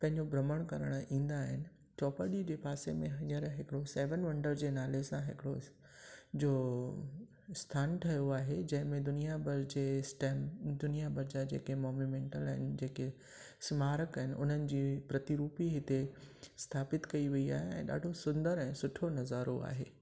पंहिंजो भ्रमण करण ईंदा आहिनि चौपाटी जे पासे में हीअंर हिकिड़ो सेवन वंडर जे नाले सां हिकिड़ो जो स्थानु ठहियो आहे जंहिमें में दुनिया भर जे स्टेंम दुनिया भर जा जेके मोम्यूमेंटल आहिनि आहे जेके स्मारक आहिनि उन्हनि जी प्रतिरूपी हिते स्थापित कयी वयी आहे ऐं ॾाढो सुंदर ऐं सुठो नज़ारो आहे